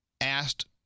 asked